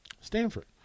Stanford